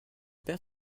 père